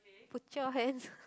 put your hands